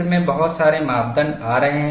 चित्र में बहुत सारे मापदण्ड आ रहे हैं